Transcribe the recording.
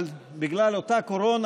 אבל בגלל אותה קורונה,